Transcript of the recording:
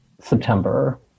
September